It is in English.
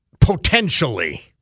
potentially